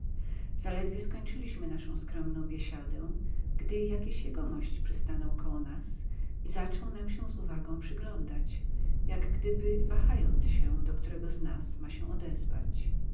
zaledwie skończyliśmy naszą skromną biesiadę gdy jakiś jegomość przystanął koło nas i zaczął nam się z uwagą przyglądać jak gdyby wahając się do którego z nas ma się odezwać